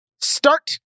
start